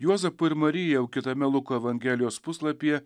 juozapui ir marijai jau kitame luko evangelijos puslapyje